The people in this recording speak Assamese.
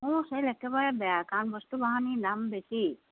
মোৰ চেল একেবাৰে বেয়া কাৰণ বস্তু বাহানিৰ দাম বেছি